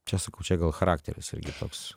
čia sakau čia gal charakteris irgi toks